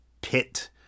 pit